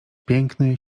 piękny